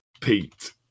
Pete